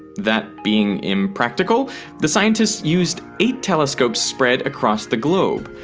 that being impractical the scientists used eight telescopes spread across the globe.